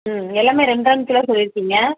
ம் எல்லாமே ரெண்டு ரெண்டு கிலோ சொல்லியிருக்கீங்க